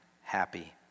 Happy